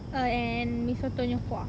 err and mi soto punya kuah